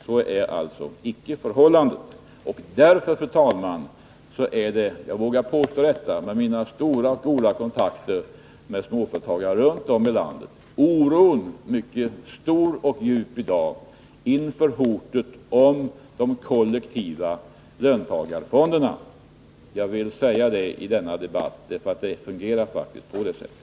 Så är alltså icke fallet, och därför, fru talman — jag vågar påstå detta med mina goda kontakter med småföretagare runt om i landet — är oron mycket stor och djup i dag inför hotet om kollektiva löntagarfonder. Jag vill säga det i denna debatt, för det fungerar faktiskt på det sättet.